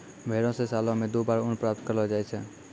भेड़ो से सालो मे दु बार ऊन प्राप्त करलो जाय छै